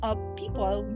people